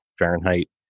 Fahrenheit